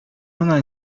ona